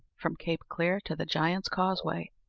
from cape clear to the giant's causeway,